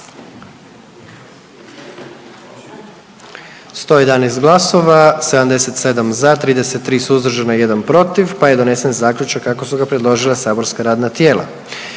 111 glasova, 77 za, 33 suzdržana i 1 protiv pa je donesen Zaključak kako su ga predložila saborska radna tijela.